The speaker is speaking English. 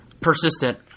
persistent